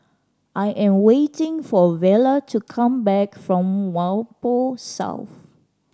I am waiting for Vela to come back from Whampoa South